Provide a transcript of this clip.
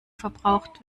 verbraucht